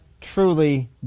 truly